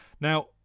Now